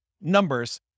numbers